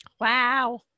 Wow